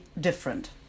different